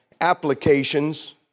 applications